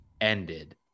ended